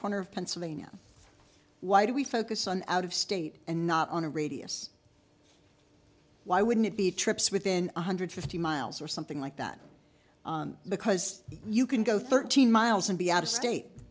corner of pennsylvania why do we focus on out of state and not on a radius why wouldn't it be trips within one hundred fifty miles or something like that because you can go thirteen miles and be out of state